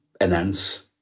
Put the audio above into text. announce